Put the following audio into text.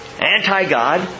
anti-God